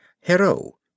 Hero